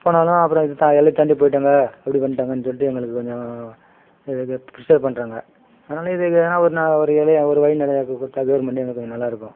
போனாலும் அப்புறம் இது தான் எல்லை தாண்டி போய்ட்டாங்கள் அப்படி பண்ணிட்டாங்கன்னு சொல்லிட்டு எங்களுக்கு கொஞ்சம் இது ப்ரஷ்ஷர் பண்ணுறாங்க அதனால் இதுக்கு எதனால் ஒருநா ஒரு வலியா ஒரு வழிநிலையாக்கி கொடுத்தா கவர்மெண்டு எங்களுக்கு கொஞ்சம் நல்லாயிருக்கும்